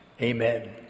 amen